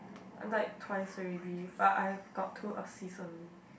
I died twice already but I have got two assist only